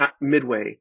Midway